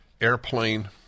Airplane